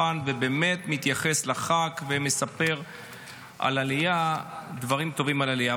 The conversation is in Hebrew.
ומתייחס לחג ומספר דברים טובים על עלייה.